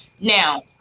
Now